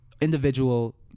individual